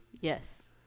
Yes